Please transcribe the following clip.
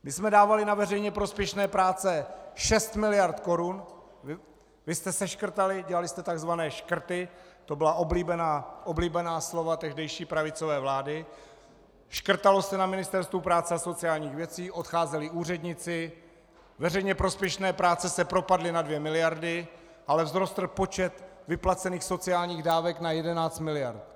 My jsme dávali na veřejně prospěšné práce 6 mld. korun, vy jste seškrtali, dělali jste takzvané škrty, to byla oblíbená slova tehdejší pravicové vlády, škrtalo se na Ministerstvu práce a sociálních věcí, odcházeli úředníci, veřejně prospěšné práce se propadly na 2 mld., ale vzrostl počet vyplácených sociálních dávek na 11 mld.